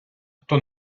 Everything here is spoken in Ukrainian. хто